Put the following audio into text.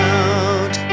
out